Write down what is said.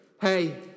hey